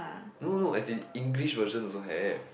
no no as in English version also have